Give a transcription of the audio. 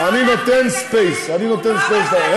רגע, אני נותן ספֵייס, אני נותן, לראש הממשלה.